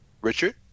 Richard